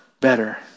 better